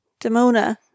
Demona